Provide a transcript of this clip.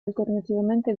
alternativamente